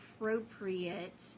appropriate